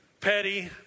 petty